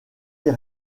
des